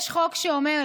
יש חוק שאומר,